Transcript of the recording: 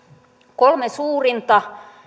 kolme suurinta